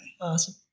Awesome